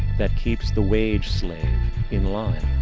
that keeps the wage-slave in line,